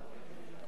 זו הצעה שלך?